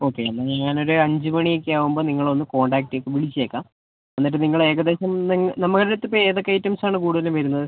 okay എന്നാൽ ഞാൻ ഒരു അഞ്ച് മണി ഒക്കെ ആവുമ്പം നിങ്ങളെ ഒന്ന് കോൺടാക്ട് വിളിച്ചേക്കാം എന്നിട്ട് നിങ്ങൾ ഏകദേശം നമ്മള അടുത്തിപ്പം ഏതൊക്കെ ഐറ്റംസ് ആണ് കൂടുതലും വരുന്നത്